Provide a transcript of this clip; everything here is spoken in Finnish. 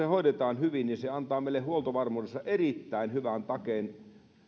hoidetaan hyvin se antaa meille huoltovarmuudessa erittäin hyvän takeen